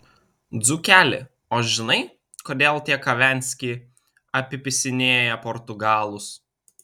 dzūkeli o žinai kodėl tie kavenski apipisinėja portugalus